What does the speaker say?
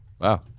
Wow